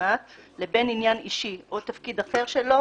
המשמעת לבין עניין אישי או תפקיד אחר שלו